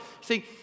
See